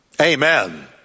Amen